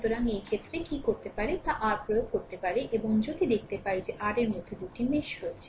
সুতরাং এই ক্ষেত্রে কি করতে পারে তা r প্রয়োগ করতে পারে এবং যদি দেখতে পাই যে r এর মধ্যে 2 টি মেশ রয়েছে